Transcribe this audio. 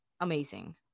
amazing